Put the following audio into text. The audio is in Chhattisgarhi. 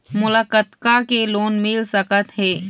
मोला कतका के लोन मिल सकत हे?